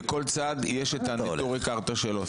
לכל אחד יש את הנטורי קרתא שלו.